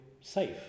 safe